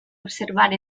observar